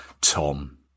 Tom